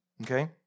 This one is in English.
Okay